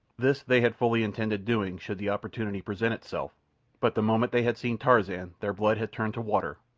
this they had fully intended doing should the opportunity present itself but the moment they had seen tarzan their blood had turned to water,